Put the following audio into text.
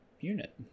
unit